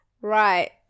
Right